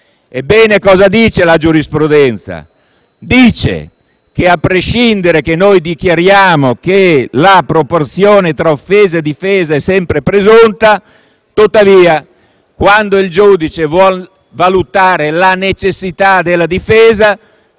Ebbene, cosa dice la giurisprudenza? Dice che, a prescindere dal fatto che noi dichiariamo che la proporzione tra offesa e difesa è sempre presunta, il giudice, quando vuole valutare la necessità della difesa,